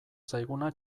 zaiguna